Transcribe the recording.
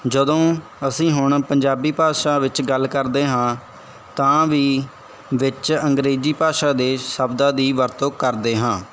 ਜਦੋਂ ਅਸੀਂ ਹੁਣ ਪੰਜਾਬੀ ਭਾਸ਼ਾ ਵਿੱਚ ਗੱਲ ਕਰਦੇ ਹਾਂ ਤਾਂ ਵੀ ਵਿੱਚ ਅੰਗਰੇਜ਼ੀ ਭਾਸ਼ਾ ਦੇ ਸ਼ਬਦਾਂ ਦੀ ਵਰਤੋਂ ਕਰਦੇ ਹਾਂ